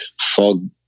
fog